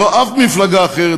לא אף מפלגה אחרת.